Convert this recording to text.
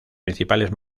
principales